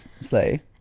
say